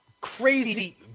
crazy